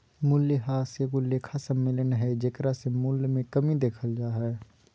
मूल्यह्रास एगो लेखा सम्मेलन हइ जेकरा से मूल्य मे कमी देखल जा हइ